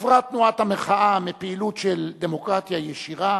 עברה תנועת המחאה מפעילות של דמוקרטיה ישירה,